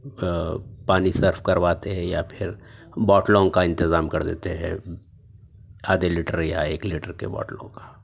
آ پانی صرف کرواتے ہے یا پھر بوٹلوں کا انتظام کر دیتے ہے آدھے لیٹر یا ایک لیٹر کے بوٹلوں کا